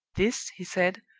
this, he said,